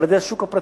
על-ידי השוק הפרטי,